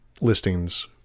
listings